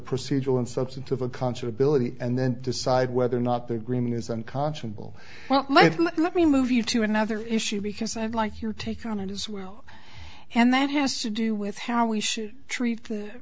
procedural and substantive a concert ability and then decide whether or not they're green is unconscionable well let me move you to another issue because i'd like your take on it as well and that has to do with how we should treat the